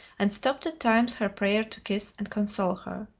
and stopped at times her prayer to kiss and console her.